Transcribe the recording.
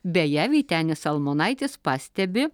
beje vytenis almonaitis pastebi